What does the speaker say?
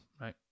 right